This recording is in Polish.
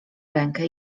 rękę